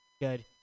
Good